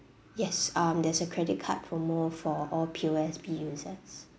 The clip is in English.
yes um there's a credit card promo for all P_O_S_B users